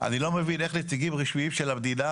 אני לא מבין איך נציגים רשמיים של המדינה